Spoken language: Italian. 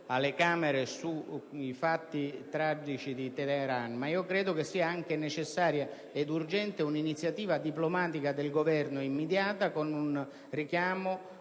alle Camere sui fatti tragici di Teheran, ma che sia anche necessaria ed urgente un'immediata iniziativa diplomatica del Governo, con un richiamo